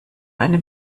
eine